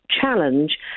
challenge